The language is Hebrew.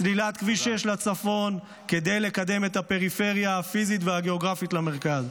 סלילת כביש 6 לצפון כדי לקרב את הפריפריה הפיזית והגיאוגרפית למרכז,